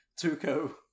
Tuco